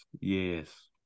Yes